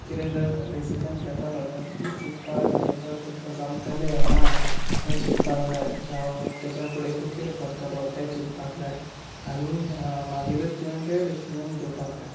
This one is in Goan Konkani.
कितेंय जर डिसीजन घेतलो जर खूब चिंतपाक जाय जर तें तुका जमतलें ना हें चिंतपाक जाय जावं तेच्या फुडें तूं कितें करतलो तें चिंतपाक जाय आनी मागीरूच तुवें तें डिसीजन घेवपाक जाय